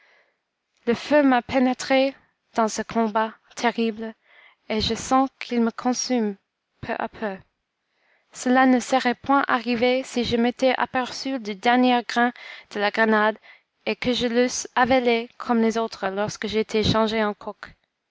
le feu m'a pénétrée dans ce combat terrible et je sens qu'il me consume peu à peu cela ne serait point arrivé si je m'étais aperçu du dernier grain de la grenade et que je l'eusse avalé comme les autres lorsque j'étais changée en coq